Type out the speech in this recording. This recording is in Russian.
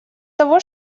того